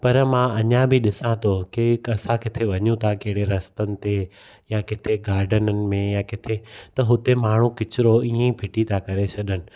पर मां अञा बि ॾिसां थो कि असां किथे वञू था असां कहिड़े रस्तनि ते या किथे गार्डननि में या किथे त हुते माण्हू कचिरो ईअं ई था फ़िटी करे छॾनि